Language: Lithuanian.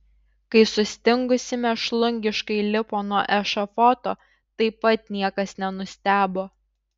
kai sustingusi mėšlungiškai lipo nuo ešafoto taip pat niekas nenustebo